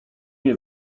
nie